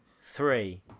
three